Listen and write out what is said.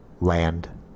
land